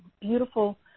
beautiful